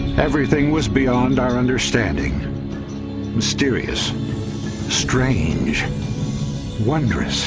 everything was beyond our understanding mysterious strange wondrous